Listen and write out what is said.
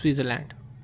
Switzerland